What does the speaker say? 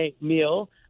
meal